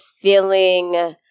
feeling